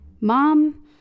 Mom